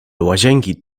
łazienki